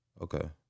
Okay